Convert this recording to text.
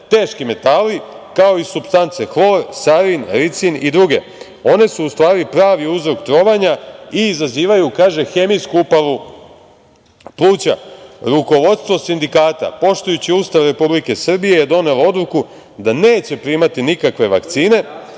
teški metali, kao i supstance hlor, sarin, ricin i druge. One su u stvari pravi uzrok trovanja i izazivaju hemijsku upalu pluća. Rukovodstvo sindikata, poštujući Ustav Republike Srbije, donelo je odluku da neće primati nikakve vakcine,